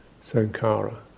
Sankara